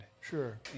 Sure